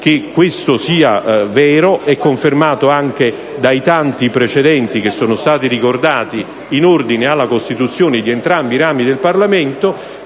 che questo sia vero è confermato anche dai tanti precedenti che sono stati ricordati in ordine alla costituzione di entrambi i rami del Parlamento.